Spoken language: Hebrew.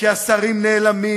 כי השרים נעלמים,